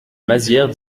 mazières